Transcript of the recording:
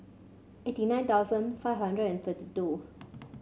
eighty nine thousand five hundred and thirty two